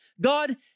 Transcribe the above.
God